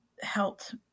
helped